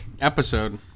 episode